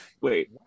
wait